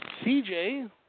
CJ